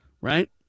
Right